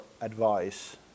advice